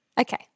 Okay